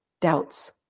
doubts